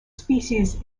species